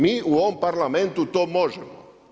Mi u ovom parlamentu to možemo.